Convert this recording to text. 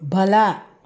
ಬಲ